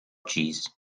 cheese